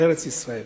בארץ-ישראל.